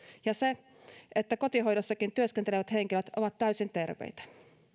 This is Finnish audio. ja se että kotihoidossakin työskentelevät henkilöt ovat täysin terveitä